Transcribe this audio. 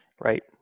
Right